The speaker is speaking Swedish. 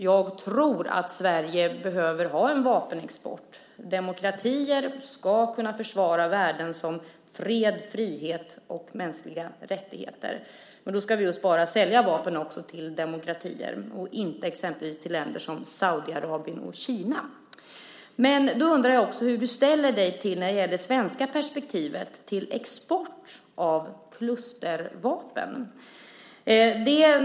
Jag tror att Sverige behöver ha en vapenexport - demokratier ska kunna försvara värden som fred, frihet och mänskliga rättigheter - men då ska vi sälja vapen enbart till demokratier, inte till länder som Saudiarabien och Kina. Därför undrar jag hur du, Mikael Odenberg, ställer dig till export av klustervapen när det gäller det svenska perspektivet.